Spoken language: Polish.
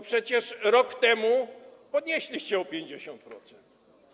Przecież rok temu podnieśliście o 50%.